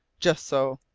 just so!